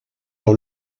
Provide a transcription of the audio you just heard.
dans